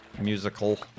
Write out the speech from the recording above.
musical